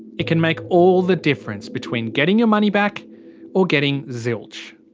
it can make all the difference between getting your money back or getting zilch.